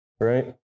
right